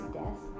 death